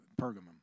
Pergamum